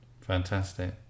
Fantastic